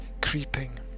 creeping